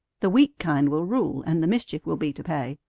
the weak kind will rule, and the mischief will be to pay.